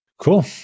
Cool